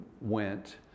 went